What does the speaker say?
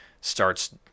starts